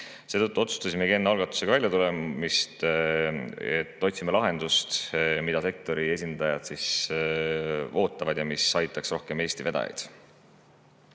otsustasimegi enne algatusega väljatulemist, et otsime lahendust, mida sektori esindajad ootavad ja mis aitaks rohkem Eesti vedajaid. Isamaa